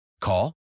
Call